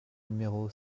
numéro